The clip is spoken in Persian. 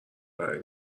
برای